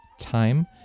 Time